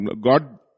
God